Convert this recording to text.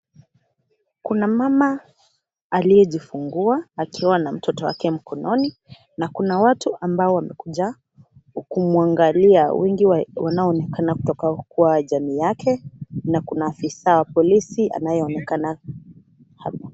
Kuna mama aliyejifungua akiwa na mtoto wake mkononi na kuna watu ambao wamekuja kumwangalia, wengi wanaonekana kutoka Kwa jamii yake na kuna afisa wa polisi anayeonekana hapo.